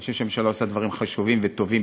אני חושב שהממשלה עושה דברים חשובים וטובים,